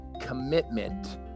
commitment